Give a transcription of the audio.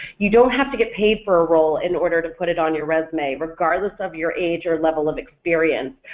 you don't have to get paid for a role in order to put it on your resume regardless of your age or level of experience,